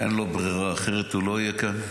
אין לו ברירה, אחרת הוא לא יהיה כאן.